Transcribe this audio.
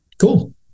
Cool